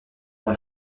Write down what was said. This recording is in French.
dans